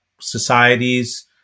societies